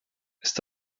ist